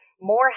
more